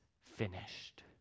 finished